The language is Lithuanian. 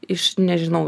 iš nežinau